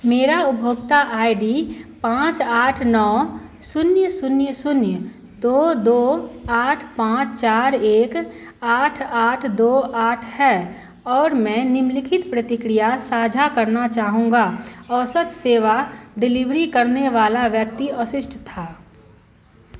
मेरा उपभोक्ता I D पाँच आठ नौ शून्य शून्य शून्य दो दो आठ पाँच चार एक आठ आठ दो आठ है और मैं निम्नलिखित प्रतिक्रिया साझा करना चाहूँगा औसत सेवा डिलिवरी करने वाला व्यक्ति अशिष्ट था